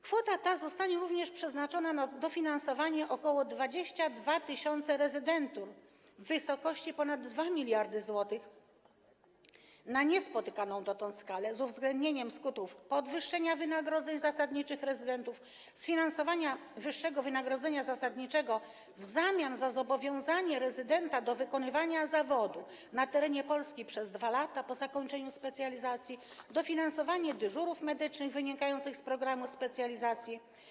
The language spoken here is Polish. Kwota ta zostanie również przeznaczona na dofinansowanie ok. 22 tys. rezydentur w wysokości ponad 2 mld zł na niespotykaną dotąd skalę, z uwzględnieniem skutków podwyższenia wynagrodzeń zasadniczych rezydentów, sfinansowanie wyższego wynagrodzenia zasadniczego w zamian za zobowiązanie rezydenta do wykonywania zawodu na terenie Polski przez 2 lata po zakończeniu specjalizacji, dofinansowanie dyżurów medycznych wynikających z programu specjalizacji.